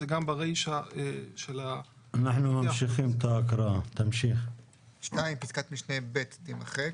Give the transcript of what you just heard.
זה גם ברישה של ה --- אני ממשיך בהקראה: (2)פסקת משנה (ב) תימחק,